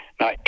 Now